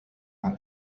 على